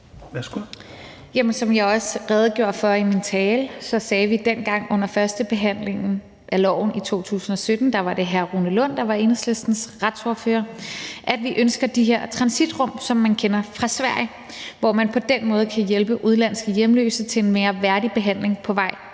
Som jeg også redegjorde for i min tale, sagde vi dengang under førstebehandlingen af loven i 2017 – da var det hr. Rune Lund, der var Enhedslistens retsordfører – at vi ønsker de her transitrum, som man kender fra Sverige, hvor man på den måde kan hjælpe udenlandske hjemløse til en mere værdig behandling på vej